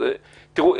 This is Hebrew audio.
תראו,